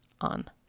on